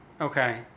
Okay